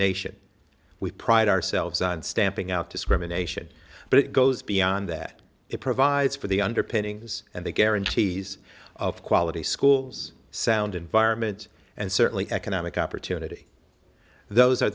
nation we pride ourselves on stamping out discrimination but it goes beyond that it provides for the underpinnings and the guarantees of quality schools sound environment and certainly economic opportunity those are